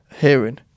hearing